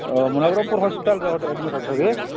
ନବରଙ୍ଗପୁର ହସ୍ପିଟାଲ୍ରେ ଆଡ଼ମିଟ୍ ଅଛ କି